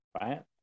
right